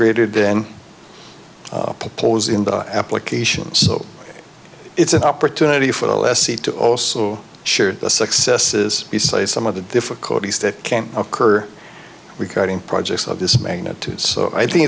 greater then pulls in the applications so it's an opportunity for the lessee to also share the successes besides some of the difficulties that can occur regarding projects of this magnitude so i think